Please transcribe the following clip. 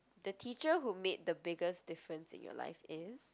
the teacher who made the biggest difference in your life is